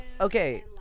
Okay